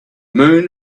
moon